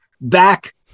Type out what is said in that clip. back